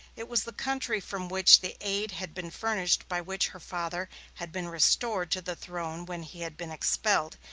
it was the country from which the aid had been furnished by which her father had been restored to the throne when he had been expelled,